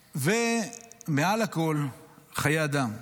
ומעל לכול, חיי אדם.